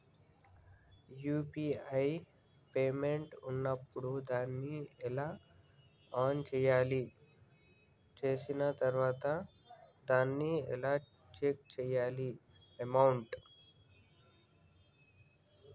UPI payment ఉన్నప్పుడు దాన్ని ఎలా ఆన్ చేయాలి? చేసిన తర్వాత దాన్ని ఎలా చెక్ చేయాలి అమౌంట్?